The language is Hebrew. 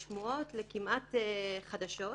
גם במערכת הבריאות וגם במשטרה,